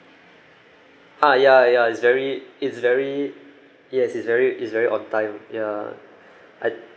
ah ya ya it's very it's very yes it's very it's very on time ya I